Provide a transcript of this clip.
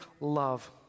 love